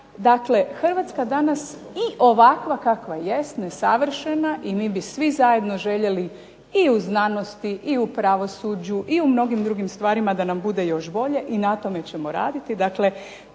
dakle Hrvatska danas i ovakva kakva jest i nesavršena i mi bi svi zajedno željeli i u znanosti i u pravosuđu i u mnogim drugim stvarima da nam bude još bolje i na tome ćemo raditi,